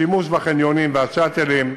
שימוש בחניונים וב"שאטלים"